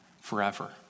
forever